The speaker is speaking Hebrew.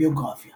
ביוגרפיה